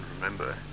remember